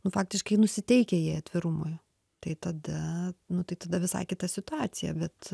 nu faktiškai nusiteikę jie atvirumui tai tada nu tai tada visai kita situacija bet